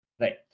right